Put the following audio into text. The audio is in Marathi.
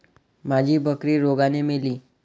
माझी बकरी रोगाने मेली